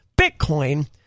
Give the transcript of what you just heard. Bitcoin